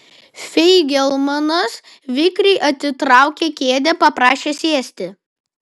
feigelmanas vikriai atitraukė kėdę paprašė sėsti